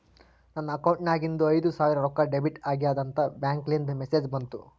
ನನ್ ಅಕೌಂಟ್ ನಾಗಿಂದು ಐಯ್ದ ಸಾವಿರ್ ರೊಕ್ಕಾ ಡೆಬಿಟ್ ಆಗ್ಯಾದ್ ಅಂತ್ ಬ್ಯಾಂಕ್ಲಿಂದ್ ಮೆಸೇಜ್ ಬಂತು